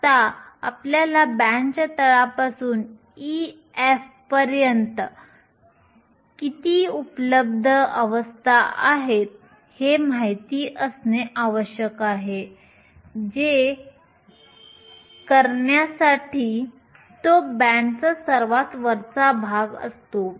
आता आपल्याला बँडच्या तळापासून Ef पर्यंत किती उपलब्ध आवस्था आहेत हे माहित असणे आवश्यक आहे जे हे करण्यासाठी तो बँडचा सर्वात वरचा भाग असतो